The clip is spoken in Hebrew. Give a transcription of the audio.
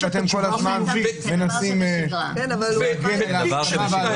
ואתם כל הזמן מנסים להגן עליו.